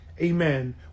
amen